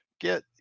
get